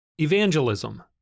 Evangelism